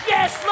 Yes